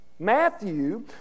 Matthew